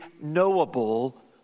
knowable